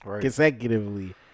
consecutively